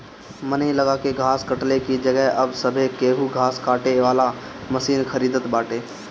मनई लगा के घास कटले की जगही अब सभे केहू घास काटे वाला मशीन खरीदत बाटे